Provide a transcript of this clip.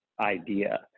idea